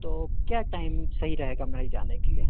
तो क्या टाइम सही रहेगा मेरे जाने के लिए